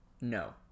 No